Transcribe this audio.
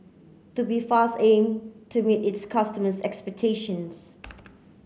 Tubifast aim to meet its customers' expectations